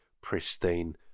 pristine